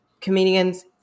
comedians